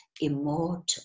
immortal